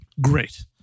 Great